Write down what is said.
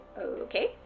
Okay